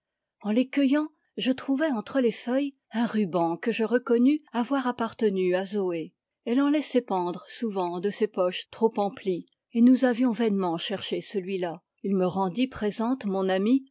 en les cueillant je trouvai entre les feuilles un ruban que je reconnus avoir appartenu à zoé elle en laissait pendre souvent de ses poches trop emplies et nous avions vainement cherché celui-là il me rendit présente mon amie